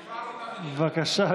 בבקשה,